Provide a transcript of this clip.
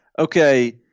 Okay